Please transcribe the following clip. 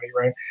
Right